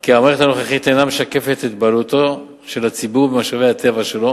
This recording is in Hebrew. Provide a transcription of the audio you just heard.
כי המערכת הנוכחית אינה משקפת את בעלותו של הציבור על משאבי הטבע שלו